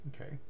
Okay